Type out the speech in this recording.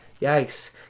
yikes